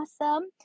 awesome